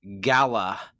gala